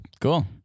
Cool